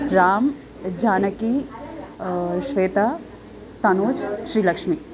रामः जानकी श्वेता तनोजः श्रीलक्ष्मी